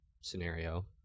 scenario